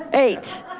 eight.